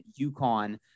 UConn